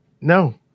No